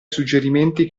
suggerimenti